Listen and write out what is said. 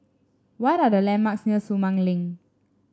what are the landmarks near Sumang Link